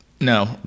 No